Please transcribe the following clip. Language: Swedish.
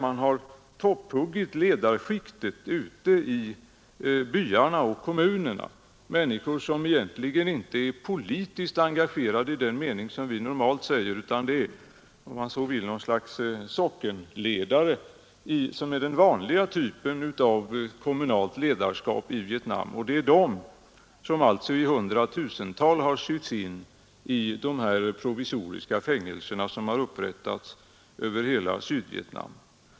Man har topphuggit ledarskiktet ute i byarna och kommunerna. Det är människor som egentligen inte är politiskt verksamma i den mening som vi normalt lägger in i begreppet, utan de fungerar som något slags sockenledare, som är den vanliga typen av kommunalt ledarskap i Vietnam. Det är de som alltså i hundratusental har satts i de provisoriska fängelser som har upprättats över hela Sydvietnam.